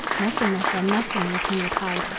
nothing, my friend, nothing, the king replied,